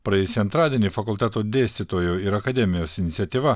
praėjusį antradienį fakulteto dėstytojų ir akademijos iniciatyva